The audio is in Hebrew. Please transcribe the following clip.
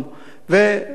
ושם